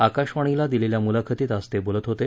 आकाशवाणीला दिलेल्या मुलाखतीत आज ते बोलत होते